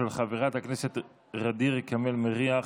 של חברת הכנסת ע'דיר כמאל מריח